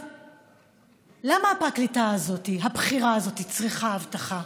למה הפרקליטה הבכירה הזאת צריכה אבטחה?